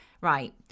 right